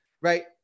right